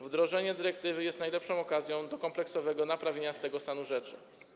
Wdrożenie dyrektywy jest najlepszą okazją do kompleksowego naprawienia tego stanu rzeczy.